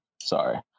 Sorry